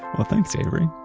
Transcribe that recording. well thanks avery.